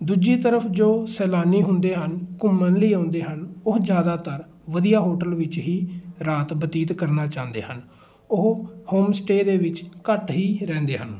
ਦੂਜੀ ਤਰਫ ਜੋ ਸੈਲਾਨੀ ਹੁੰਦੇ ਹਨ ਘੁੰਮਣ ਲਈ ਆਉਂਦੇ ਹਨ ਉਹ ਜ਼ਿਆਦਾਤਰ ਵਧੀਆ ਹੋਟਲ ਵਿੱਚ ਹੀ ਰਾਤ ਬਤੀਤ ਕਰਨਾ ਚਾਹੁੰਦੇ ਹਨ ਉਹ ਹੋਮ ਸਟੇਅ ਦੇ ਵਿੱਚ ਘੱਟ ਹੀ ਰਹਿੰਦੇ ਹਨ